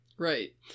Right